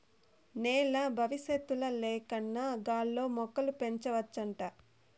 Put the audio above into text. నేల బవిసత్తుల లేకన్నా గాల్లో మొక్కలు పెంచవచ్చంట